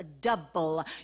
double